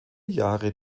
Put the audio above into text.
jahre